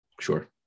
Sure